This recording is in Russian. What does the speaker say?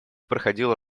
проходила